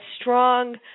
strong –